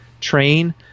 train